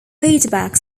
feedback